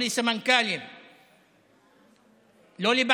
לא לסמנכ"לים,